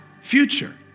future